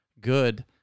good